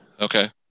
Okay